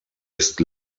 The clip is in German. ist